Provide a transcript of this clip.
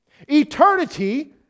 Eternity